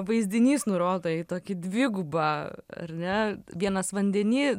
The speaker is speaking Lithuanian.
vaizdinys norodo į tokį dvigubą ar ne vienas vandeny